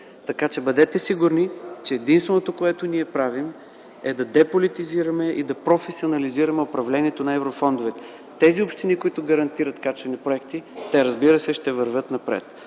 Така че бъдете сигурни, че единственото, което ние правим, е да деполитизираме и да професионализираме управлението на еврофондовете. Общините, които гарантират качествени проекти, разбира се ще вървят напред.